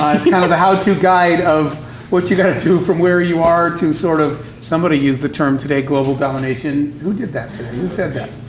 kind of a how-to guide of what you go through from where you are to, sort of, somebody use the term today global domination. who did that, today? who said that?